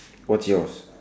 what's yours